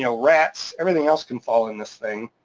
you know rats, everything else can fall in this thing,